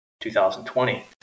2020